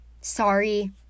sorry